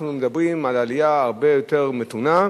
אנחנו מדברים על עלייה הרבה יותר מתונה,